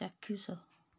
ଚାକ୍ଷୁଶ